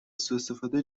سواستفاده